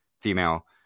female